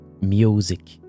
Music